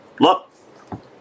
Look